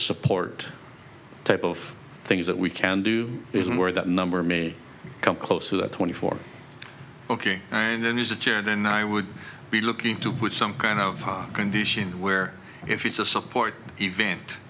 support type of things that we can do is where that number may come close to that twenty four ok and then there's a chair then i would be looking to put some kind of condition where if it's a support event